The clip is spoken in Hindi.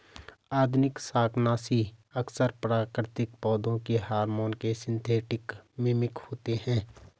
आधुनिक शाकनाशी अक्सर प्राकृतिक पौधों के हार्मोन के सिंथेटिक मिमिक होते हैं